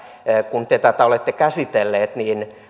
kun te tätä olette käsitelleet niin